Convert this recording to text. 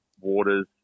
waters